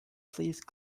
please